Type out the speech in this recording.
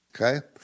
okay